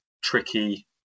tricky